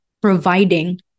providing